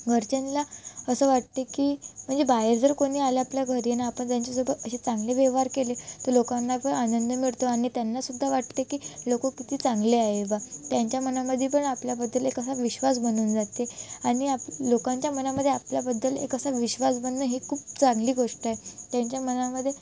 घरच्यांना असं वाटते की म्हणजे बाहेर जर कोणी आलं आपल्या घरी न आपण त्यांच्यासोबत असे चांगले व्यवहार केले तर लोकांना पण आनंद मिळतो आणि त्यांना सुद्धा वाटते की लोक किती चांगले आहे बा त्यांच्या मनामध्ये पण आपल्याबद्दल एक असा विश्वास बनून जाते आणि आप लोकांच्या मनामध्ये आपल्याबद्दल एक असा विश्वास बनणं हे खूप चांगली गोष्ट आहे त्यांच्या मनामध्ये